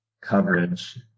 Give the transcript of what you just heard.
coverage